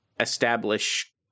establish